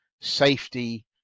safety